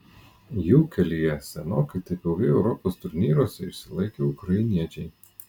jų kelyje senokai taip ilgai europos turnyruose išsilaikę ukrainiečiai